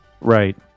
right